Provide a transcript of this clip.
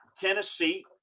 Tennessee